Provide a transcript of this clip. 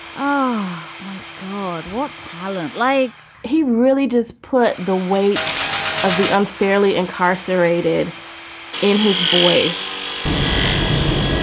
oh, my god, what talent like he really does put the weight of the unfairly incarcerated in his voice yes.